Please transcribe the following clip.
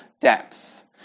depth